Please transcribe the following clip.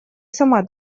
сама